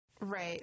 Right